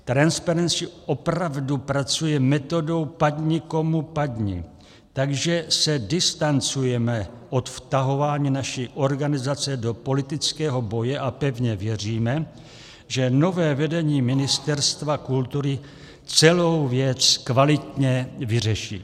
Transparency opravdu pracuje metodou padni komu padni, takže se distancujeme od vtahování naší organizace do politického boje a pevně věříme, že nové vedení Ministerstva kultury celou věc kvalitně vyřeší.